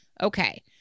Okay